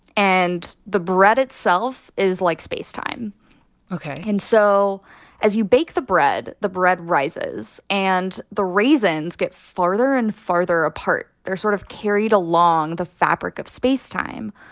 and the bread itself is like space-time ok and so as you bake the bread, the bread rises and the raisins get farther and farther apart. they're sort of carried along the fabric of space-time,